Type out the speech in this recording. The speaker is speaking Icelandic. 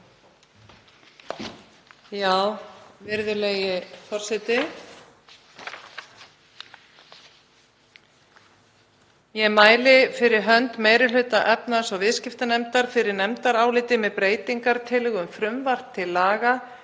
Virðulegi forseti. Ég mæli fyrir hönd meiri hluta efnahags- og viðskiptanefndar fyrir nefndaráliti með breytingartillögu um frumvarp til laga